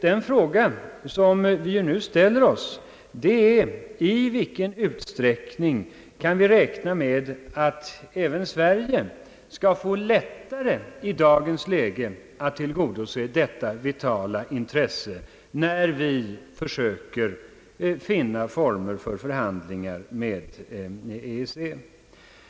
Den fråga som vi nu ställer oss är: I vilken utsträckning kan vi räkna med att även Sverige skall få lättare att nu tillgodose detta vitala intresse, när vi försöker finna former för förhandlingar med EEC?